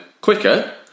quicker